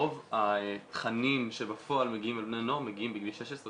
רוב התכנים שבפועל מגיעים לבני נוער מגיעים בגיל 16,